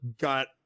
got